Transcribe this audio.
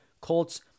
Colts